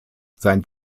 sein